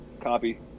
copy